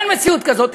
אין מציאות כזאת,